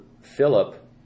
Philip